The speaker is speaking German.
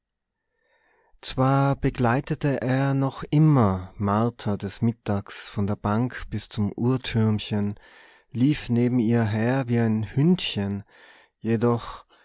zwar begleitete er noch immer martha des mittags von der bank bis zum uhrtürmchen lief neben ihr her wie ein hündchen jedoch